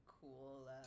cool